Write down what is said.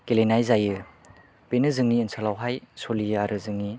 गेलेनाय जायो बेनो जोंनि ओनसोलावहाय सोलियो आरो जोंनि